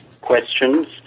questions